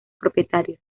propietarios